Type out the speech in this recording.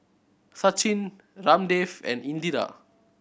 Sachin Ramdev and Indira